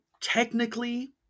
technically